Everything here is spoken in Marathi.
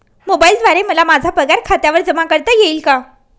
मोबाईलद्वारे मला माझा पगार खात्यावर जमा करता येईल का?